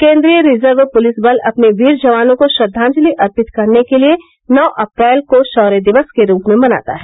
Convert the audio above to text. केन्द्रीय reserve police बल अपने बीर जवानों को श्रद्वांजलि अर्पित करने के लिए नौ अप्रैल शौर्य दिवस के रूप में मनाता है